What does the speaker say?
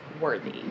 worthy